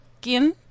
skin